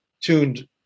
tuned